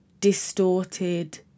distorted